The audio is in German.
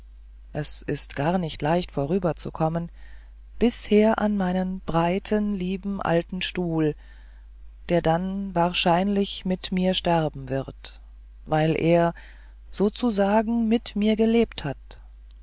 es ist gar nicht leicht vorüber zu kommen bis her an meinen breiten lieben alten stuhl der dann wahrscheinlich mit mir sterben wird weil er sozusagen mit mir gelebt hat